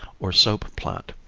or soap plant.